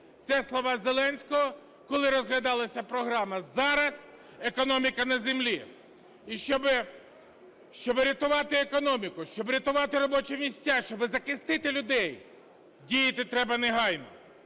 Це слова Зеленського, коли розглядалася програма. Зараз економіка на землі. І щоб рятувати економіку, щоб рятувати робочі місця, щоб захистити людей – діяти треба негайно.